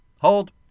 Hold